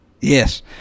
Yes